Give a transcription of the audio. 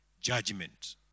judgment